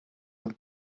with